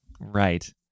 right